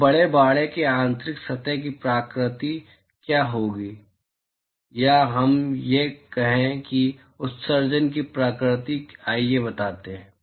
अब बड़े बाड़े की आंतरिक सतह की प्रकृति क्या होगी या हम कहें कि उत्सर्जन की प्रकृति आइए बताते हैं